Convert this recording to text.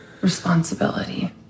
Responsibility